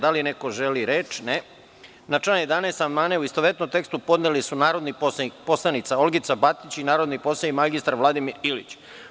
Da li neko želi reč? (Ne.) Na član 11. amandmane, u istovetnom tekstu, podneli su narodna poslanica Olgica Batić i narodni poslanik mr Vladimir Ilić.